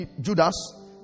Judas